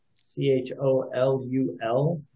C-H-O-L-U-L